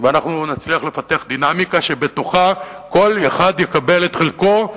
ואנחנו נצליח לפתח דינמיקה שבתוכה כל אחד יקבל את חלקו.